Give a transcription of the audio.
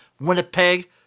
Winnipeg